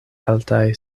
altaj